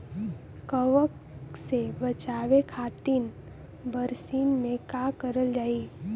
कवक से बचावे खातिन बरसीन मे का करल जाई?